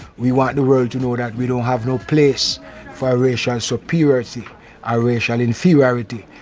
we want the world to know that we don't have no place for racial superiority or racial inferiority.